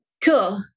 Cool